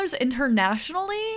internationally